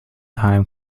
time